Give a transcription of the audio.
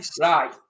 Right